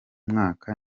mwaka